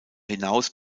hinaus